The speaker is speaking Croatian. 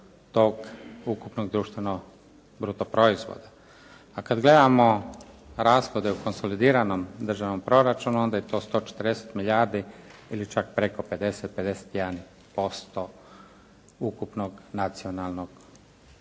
tog ukupnog društvenog bruto proizvoda. A kad gledamo rashode u konsolidiranom državnom proračunu onda je to 140 milijardi ili čak preko 50, 51% ukupnog nacionalnog bruto